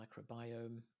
microbiome